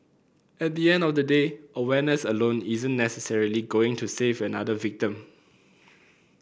at the end of the day awareness alone isn't necessarily going to save another victim